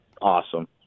Awesome